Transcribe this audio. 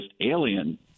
alien